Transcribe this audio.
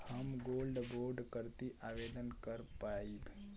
हम gold bond करती आवेदन कर पाईब?